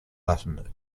latin